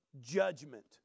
judgment